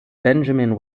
benjamin